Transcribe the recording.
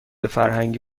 فرهنگی